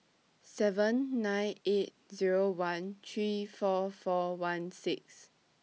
seven nine eight Zero one three four four one six